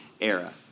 era